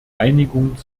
einigung